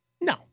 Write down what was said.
No